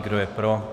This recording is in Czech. Kdo je pro?